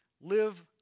live